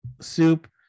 soup